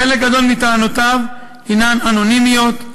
חלק גדול מטענותיו הנן אנונימיות,